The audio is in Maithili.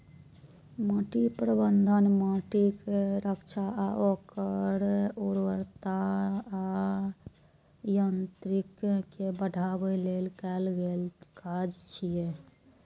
माटि प्रबंधन माटिक रक्षा आ ओकर उर्वरता आ यांत्रिकी कें बढ़ाबै लेल कैल गेल काज छियै